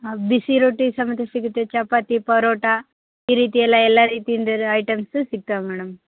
ಬಿಸಿ ರೊಟ್ಟಿ ಸಮೇತ ಸಿಗುತ್ತೆ ಚಪಾತಿ ಪರೋಟ ಈ ರೀತಿಯೆಲ್ಲ ಎಲ್ಲ ರೀತಿಯಿಂದ ಇರೋ ಐಟಮ್ಸ್ ಸಿಗ್ತವೆ ಮೇಡಮ್